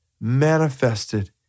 manifested